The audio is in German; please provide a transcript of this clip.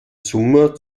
summer